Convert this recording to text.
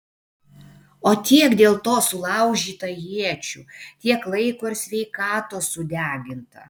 o tiek dėl to sulaužyta iečių tiek laiko ir sveikatos sudeginta